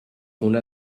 una